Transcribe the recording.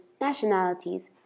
nationalities